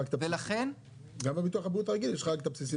גם בביטוח הבריאות הרגיל יש לך רק את הבסיסי